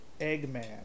Eggman